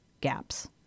gaps